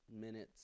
minutes